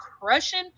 crushing